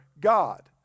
God